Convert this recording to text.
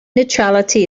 neutrality